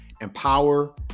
empower